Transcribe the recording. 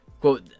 Quote